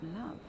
love